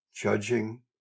judging